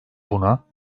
buna